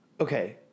Okay